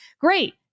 great